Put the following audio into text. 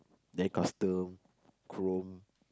then custom chrome